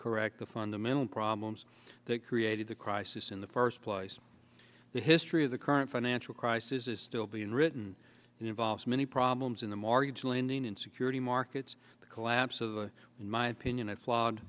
correct the fundamental problems that created the crisis in the first place the history of the current financial crisis is still being written involves many problems in the mortgage lending and security markets the collapse of the in my opinion